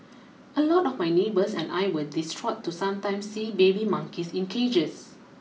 a lot of my neighbours and I were distraught to sometimes see baby monkeys in cages